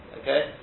Okay